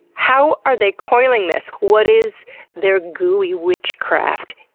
how are they coiling this? what is their gooey witchcraft?